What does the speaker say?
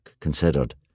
considered